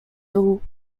był